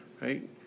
right